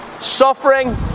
suffering